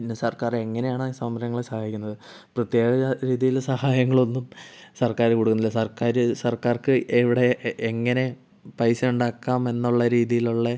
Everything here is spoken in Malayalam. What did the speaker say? പിന്നെ സർക്കാർ എങ്ങനെയാണ് സംരംഭങ്ങളെ സഹായിക്കുന്നത് പ്രത്യേകത രീതിയിലുള്ള സഹായങ്ങളൊന്നും സർക്കാർ കൊടുക്കുന്നില്ല സർക്കാർ സർക്കാർക്ക് എവിടെ എങ്ങനെ പൈസ ഉണ്ടാക്കാം എന്നുള്ള രീതിയിലുള്ള